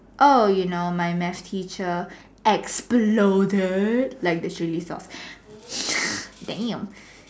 oh you know my math teacher exploded like the chili sauce damn